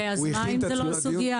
אז מה אם זאת לא הסוגיה?